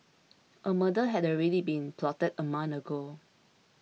a murder had already been plotted a month ago